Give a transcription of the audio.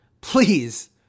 Please